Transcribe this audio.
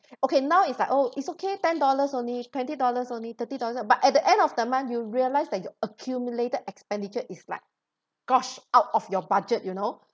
okay now it's like oh it's okay ten dollar only twenty dollars only thirty dollars but at the end of the month you realise that your accumulated expenditure is like gosh out of your budget you know